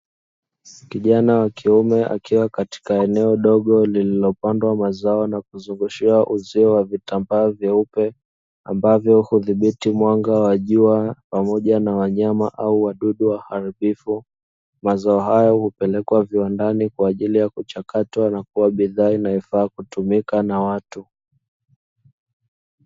Kijana wa kiume akiwa katika eneo dogo lililopandwa mazao na kuzungushiwa uzio wa vitambaa vyeupe ambavyo hudhibiti mwanga wa jua pamoja na wanyama au wadudu waharibifu, mazao hayo hupelekwa viwandani kwa ajili ya kuchakatwa na kuwa bidhaa inayofaa kutumika na watu.